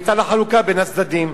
הניתן לחלוקה בין הצדדים".